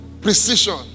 precision